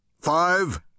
Five